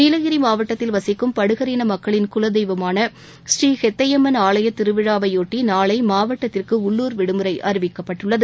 நீலகிரி மாவட்டத்தில் வசிக்கும் படுகர் இன மக்களின் குல தெய்வமான புரீ ஹெத்தையம்மன் ஆலய திருவிழாவையொட்டி நாளை மாவட்டத்திற்கு உள்ளூர் விடுமுறை அறிவிக்கப்பட்டுள்ளது